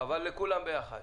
אבל לכולם ביחד.